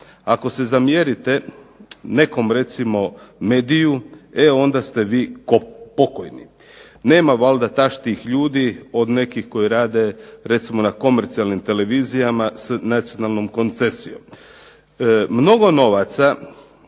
ako se zamjerite recimo nekom mediju, e onda ste vi ko' pokojni. Nema valjda taštijih ljudi od nekih koji rade recimo na komercijalnim televizijama s nacionalnom koncesijom. Mnogo novaca